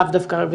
לאו דווקא חרדי,